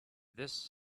this